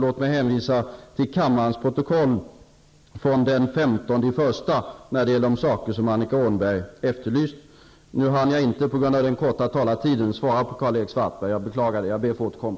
Låt mig hänvisa till kammarens protokoll från den 15 januari när det gäller det som Annika Åhnberg efterlyste. Nu hann jag inte på grund av den korta taletiden svara på Karl-Erik Svartbergs fråga. Jag beklagar detta och ber att få återkomma.